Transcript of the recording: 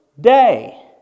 day